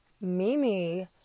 Mimi